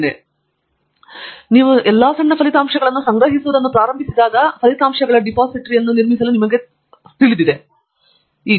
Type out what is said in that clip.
ನಾವು ಈಗ ನೋಡೋಣ ನೀವು ಎಲ್ಲಾ ಸಣ್ಣ ಫಲಿತಾಂಶಗಳನ್ನು ಸಂಗ್ರಹಿಸುವುದನ್ನು ಪ್ರಾರಂಭಿಸಿದಾಗ ಫಲಿತಾಂಶಗಳ ನಿಮ್ಮ ಡಿಪಾಸಿಟರಿಯನ್ನು ನಿರ್ಮಿಸಲು ನಿಮಗೆ ತಿಳಿದಿದೆ